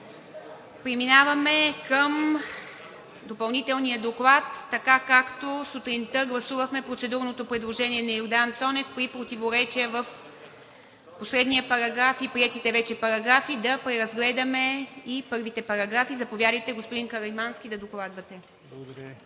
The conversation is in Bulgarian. Преминаваме към допълнителния доклад, така както сутринта гласувахме процедурното предложение на Йордан Цонев при противоречия в последния параграф и приетите вече параграфи, да преразгледаме и първите параграфи. Заповядайте, господин Каримански, да докладвате.